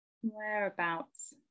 Whereabouts